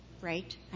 right